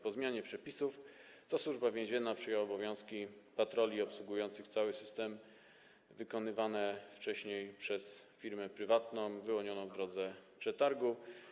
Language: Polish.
Po zmianie przepisów Służba Więzienna przyjęła obowiązki patroli obsługujących cały system wykonywane wcześniej przez firmę prywatną wyłonioną w drodze przetargu.